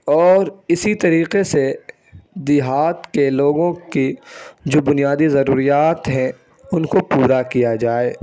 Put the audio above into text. اور اسی طریقے سے دیہات کے لوگوں کی جو بنیادی ضروریات ہیں ان کو پورا کیا جائے